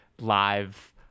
live